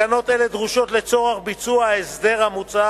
תקנות אלה דרושות לצורך ביצוע ההסדר המוצע